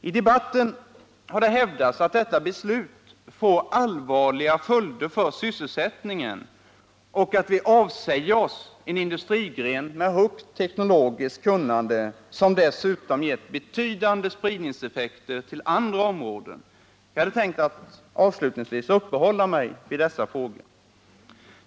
I debatten har det hävdats att detta beslut får allvarliga följder för sysselsättningen och att vi avsäger oss en industrigren med stort teknologiskt kunnande, som dessutom har gett betydande spridning till andra områden. Jag hade tänkt att avslutningsvis uppehålla mig vid dessa frågor.